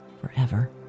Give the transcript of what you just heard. forever